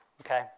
Okay